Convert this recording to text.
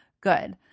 good